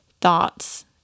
thoughts